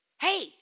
hey